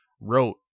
wrote